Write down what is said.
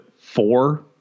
four